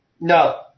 No